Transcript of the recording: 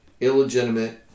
illegitimate